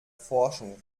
forschung